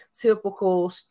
typical